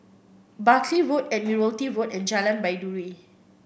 Buckley Road Admiralty Road and Jalan Baiduri